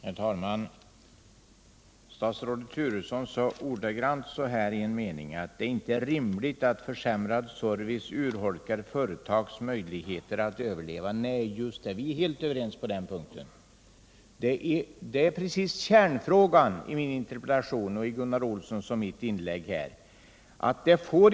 Herr talman! Statsrådet Turesson sade i en mening att det inte är rimligt att försämrad service urholkar företags möjligheter att överleva. Nej, just det — vi är helt överens på den punkten. Det är precis kärnfrågan i min interpellation och i Gunnar Olssons och mina inlägg här.